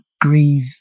grieve